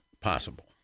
possible